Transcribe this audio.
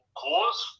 cause